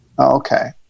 okay